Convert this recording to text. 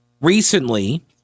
recently